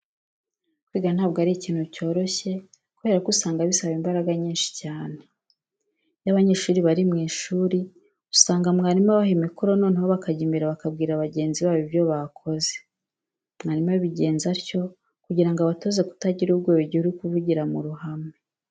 Kwiga ntabwo ari ikintu cyoroshye kubera ko usanga bisaba imbaraga nyinshi cyane. Iyo abanyeshuri bari mu ishuri usanga mwarimu abaha imikoro noneho bakajya imbere bakabwira bagenzi babo ibyo bakoze. Mwarimu abigenza atyo kugira ngo abatoze kutagira ubwoba igihe uri kuvugira mu ruhame.